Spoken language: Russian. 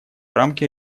рамки